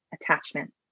attachment